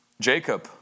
Jacob